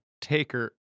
Taker